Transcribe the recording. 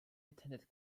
attended